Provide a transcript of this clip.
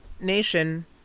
Nation